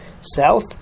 south